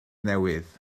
newydd